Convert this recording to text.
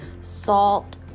SALT